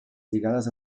lligades